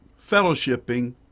fellowshipping